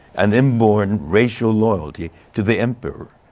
an inborn racial loyalty to the emperor.